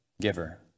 giver